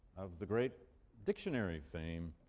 of the great dictionary fame,